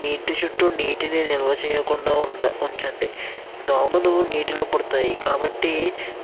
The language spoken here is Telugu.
మీ ఇంటి చుట్టూ నీటిని నిల్వ చేయకుండా ఉం ఉంచండి దోమలు నీటిలో పుడతాయి కాబట్టి